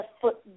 foot